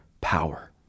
power